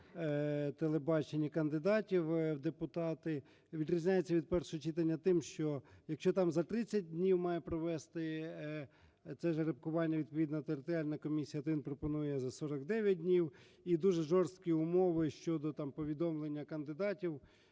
телебаченні кандидатів в депутати, і відрізняється від першого читання тим, що, якщо там за 30 днів має провести це жеребкування відповідна територіальна комісія, то він пропонує – за 49 днів, і дуже жорсткі умови щодо там повідомлення кандидатів.